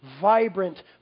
vibrant